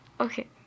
Okay